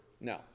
No